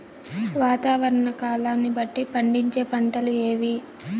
వాతావరణ కాలాన్ని బట్టి పండించే పంటలు ఏవి?